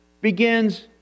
begins